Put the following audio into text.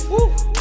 Woo